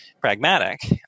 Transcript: Pragmatic